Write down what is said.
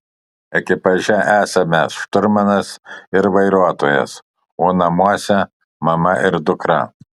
ekipaže esame šturmanas ir vairuotojas o namuose mama ir dukra